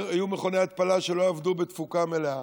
היו מכוני התפלה שלא עבדו בתפוקה מלאה,